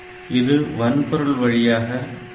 இது வன்பொருள் வழியாக PCON